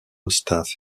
staff